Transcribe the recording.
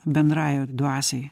bendraja dvasiai